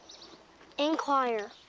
inquire.